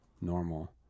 normal